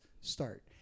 start